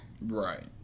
Right